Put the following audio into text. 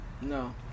No